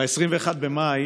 מ-21 במאי